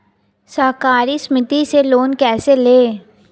सहकारी समिति से लोन कैसे लें?